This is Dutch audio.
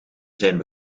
zijn